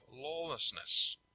lawlessness